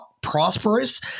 prosperous